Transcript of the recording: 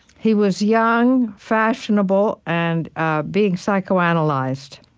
he was young, fashionable, and being psychoanalyzed.